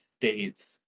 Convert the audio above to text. states